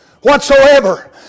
whatsoever